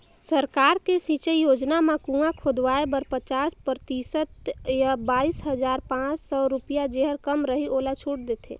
सरकार के सिंचई योजना म कुंआ खोदवाए बर पचास परतिसत य बाइस हजार पाँच सौ रुपिया जेहर कम रहि ओला छूट देथे